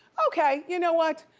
okay, you know what,